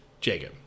Jacob